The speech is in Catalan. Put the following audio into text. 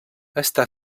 està